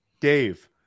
Dave